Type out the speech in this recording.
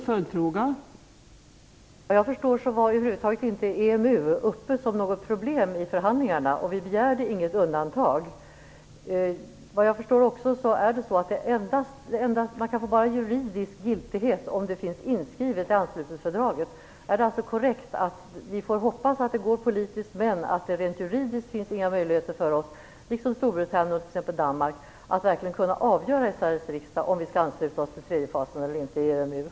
Fru talman! Efter vad jag förstår var över huvud taget inte EMU uppe som något problem i förhandlingarna. Vi begärde inget undantag. Vad jag förstår kan man bara få juridisk giltighet om det finns inskrivet i anslutningsfördraget. Är det alltså korrekt att säga, att vi får hoppas att det går politiskt, men att det rent juridiskt inte finns några möjligheter för oss, som för t.ex. Storbritannien och Danmark, att verkligen kunna avgöra i Sveriges riksdag om vi skall ansluta oss till tredje fasen i EMU eller inte?